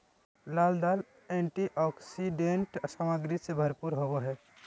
लाल दाल एंटीऑक्सीडेंट सामग्री से भरपूर होबो हइ